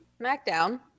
SmackDown